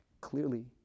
Clearly